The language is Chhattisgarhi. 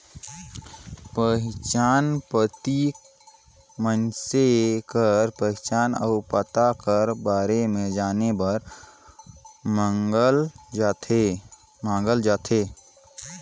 पहिचान पाती मइनसे कर पहिचान अउ पता कर बारे में जाने बर मांगल जाथे